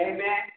Amen